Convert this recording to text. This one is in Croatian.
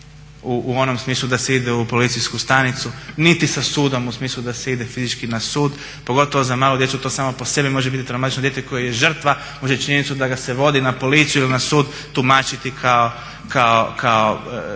u onom smislu da se ide u policijsku stanicu niti sa sudom u smislu da se ide fizički na sud pogotovo za malu djecu to samo po sebi može biti traumatično. Dijete koje je žrtva može činjenicu da ga se vodi na policiju ili na sud tumačiti kao